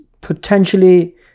potentially